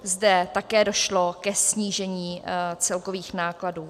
Zde také došlo ke snížení celkových nákladů.